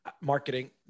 marketing